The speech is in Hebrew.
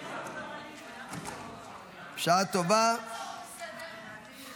לייעול האכיפה והפיקוח העירוני ברשויות המקומיות (הוראת שעה) (תיקון מס'